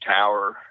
tower